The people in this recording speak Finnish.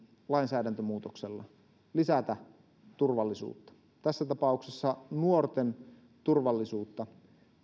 lainsäädäntömuutoksella lisätä turvallisuutta tässä tapauksessa nuorten turvallisuutta